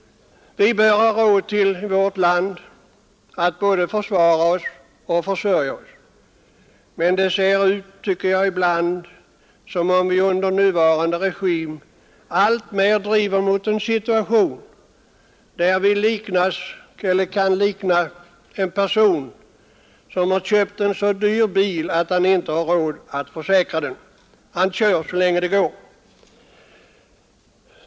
Vi bör i vårt land ha råd till att både försvara oss och försörja oss. Men det ser ibland ut, tycker jag, som om vi under nuvarande regim alltmer driver mot en situation, där vi kan liknas vid en person som har köpt en så dyr bil att han inte har råd att försäkra den. Han kör så länge det går.